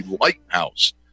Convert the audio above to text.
Lighthouse